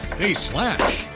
they slash.